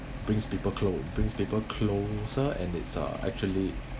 brings people clo~ brings people closer and it's uh actually